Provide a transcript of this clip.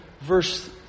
verse